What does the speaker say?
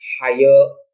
higher